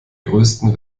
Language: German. größten